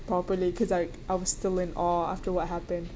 properly because Iike I was still in awe after what happened